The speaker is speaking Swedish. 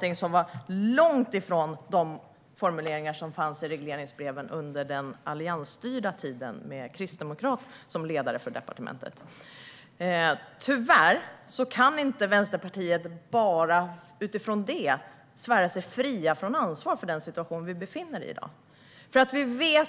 Detta var långt ifrån de formuleringar som fanns i regleringsbreven under den alliansstyrda tiden, med en kristdemokrat som ledare för departementet. Tyvärr kan Vänsterpartiet inte bara utifrån detta svära sig fritt från ansvar för den situation vi i dag befinner oss i. Vi vet